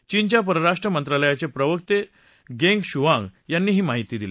चीनच्या परराष्ट्र मंत्रालयाचे प्रवक्ते गेंग शुआंग यांनी ही माहिती दिली